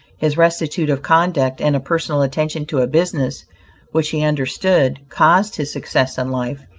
his rectitude of conduct and a personal attention to a business which he understood, caused his success in life,